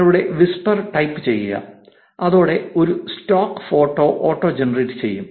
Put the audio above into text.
നിങ്ങളുടെ whisper type ചെയ്യുക അതോടൊപ്പം ഒരു സ്റ്റോക്ക് ഫോട്ടോ ഓട്ടോ ജനറേറ്റ് ചെയ്യും